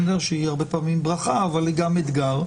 שהיא אמנם הרבה פעמים ברכה אבל היא גם אתגר,